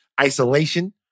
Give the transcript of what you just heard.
isolation